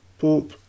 Boop